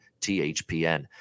THPN